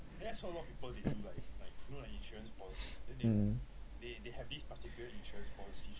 mm